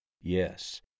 Yes